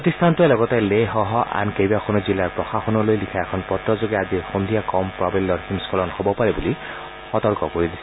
প্ৰতিষ্ঠানটোৰে লগতে লেহসহ আন কেইবাখনো জিলাৰ প্ৰশাসনলৈ লিখা এখন পত্ৰযোগে আজি সন্ধিয়া কম প্ৰাৱল্যৰ হিমস্থলন হ'ব পাৰে বুলি সতৰ্ক কৰি দিছে